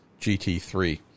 GT3